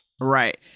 right